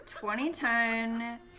2010